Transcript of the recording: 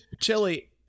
Chili